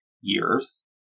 years